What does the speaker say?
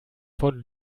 von